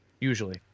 usually